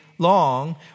Long